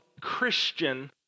Christian